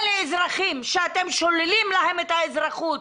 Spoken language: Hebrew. אלה אזרחים שאתם שוללים להם את האזרחות,